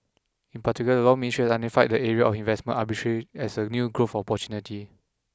in particular the Law Ministry has identified the area of investment arbitration as a new growth opportunity